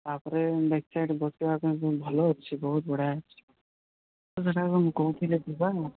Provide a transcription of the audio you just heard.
ତା'ପରେ ଦେଖିବା ସେଇଠି ବସିବାପାଇଁ ବି ଭଲ ଅଛି ବହୁତ ବଢ଼ିଆ ହେଇଛି ତ ସେଟାକୁ ମୁଁ କହୁଥିଲେ ଯେ ଯିବା